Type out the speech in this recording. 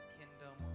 kingdom